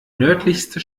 nördlichste